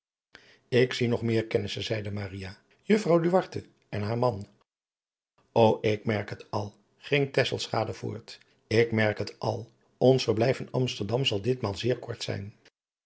ik zie nog meer kennissen zeide maria juffrouw adriaan loosjes pzn het leven van hillegonda buisman duarte en haar man ô ik merk het al ging tesselschade voort ik merk het al ons verblijf in amsterdam zal ditmaal zeer kort zijn